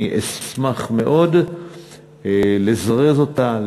אני אשמח מאוד לזרז אותה,